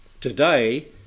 Today